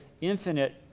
infinite